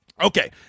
Okay